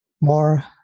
more